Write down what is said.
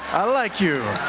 i like you.